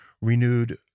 renewed